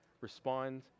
respond